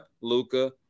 Luca